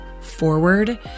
forward